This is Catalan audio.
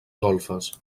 golfes